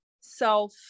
self